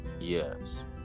Yes